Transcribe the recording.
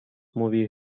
movie